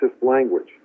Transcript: language